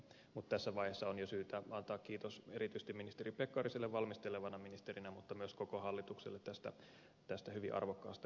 mutta tässä vaiheessa on jo syytä antaa kiitos erityisesti ministeri pekkariselle valmistelevana ministerinä mutta myös koko hallitukselle tästä hyvin arvokkaasta esityksestä